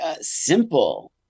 Simple